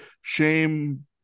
Shame